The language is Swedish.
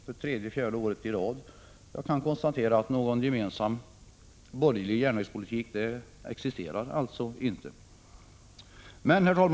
För tredje året i rad kan jag konstatera att någon gemensam borgerlig järnvägspolitik alltså inte existerar.